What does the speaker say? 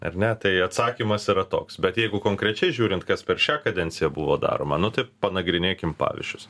ar ne tai atsakymas yra toks bet jeigu konkrečiai žiūrint kas per šią kadenciją buvo daroma nu tai panagrinėkim pavyzdžius